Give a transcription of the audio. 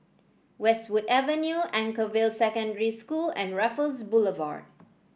Westwood Avenue Anchorvale Secondary School and Raffles Boulevard